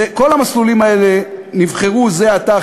כל המסלולים האלה נבחרו זה עתה,